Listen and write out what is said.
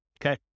Okay